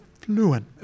fluent